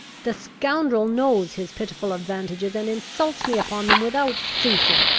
the scoundrel knows his pitiful advantages, and insults me upon them without ceasing.